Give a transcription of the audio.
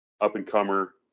up-and-comer